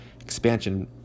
expansion